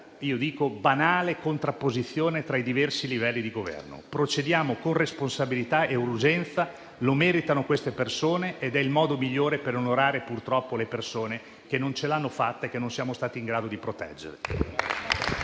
in una banale contrapposizione tra i diversi livelli di Governo. Procediamo con responsabilità e urgenza: lo meritano quelle persone ed è il modo migliore per onorare coloro che purtroppo non ce l'hanno fatta e che non siamo stati in grado di proteggere.